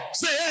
say